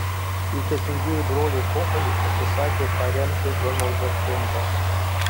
įtakingieji broliai kochai atsisakė paremti donaldą trumpą